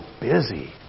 busy